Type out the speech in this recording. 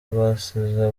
basize